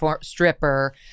stripper